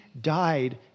died